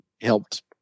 helped